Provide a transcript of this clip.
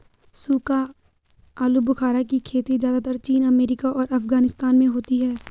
सूखा आलूबुखारा की खेती ज़्यादातर चीन अमेरिका और अफगानिस्तान में होती है